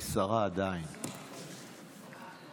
היא עדיין שרה.